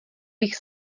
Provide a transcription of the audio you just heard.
bych